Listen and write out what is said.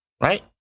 right